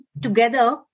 together